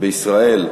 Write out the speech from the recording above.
בישראל,